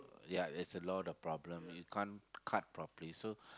ya it's a lot of problem you can't cut properly so